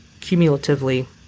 cumulatively